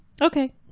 Okay